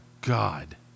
God